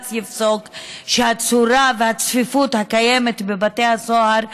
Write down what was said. שבג"ץ יפסוק שהצורה והצפיפות הקיימת בבתי הסוהר,